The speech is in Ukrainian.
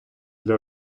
для